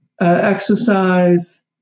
exercise